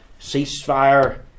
ceasefire